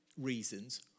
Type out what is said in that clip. reasons